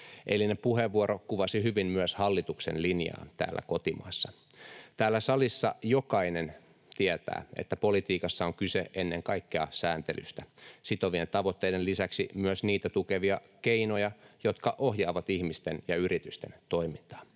Eilinen puheenvuoro kuvasi hyvin myös hallituksen linjaa täällä kotimaassa. Täällä salissa jokainen tietää, että politiikassa on kyse ennen kaikkea sääntelystä, sitovien tavoitteiden lisäksi myös niitä tukevista keinoista, jotka ohjaavat ihmisten ja yritysten toimintaa,